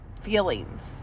feelings